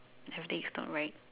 everything is not right